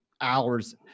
hours